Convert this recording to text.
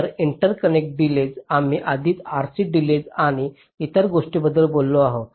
तर interconnect delays आम्ही आधीच RC डिलेज आणि इतर गोष्टींबद्दल बोललो आहोत